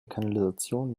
kanalisation